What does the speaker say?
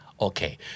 Okay